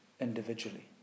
individually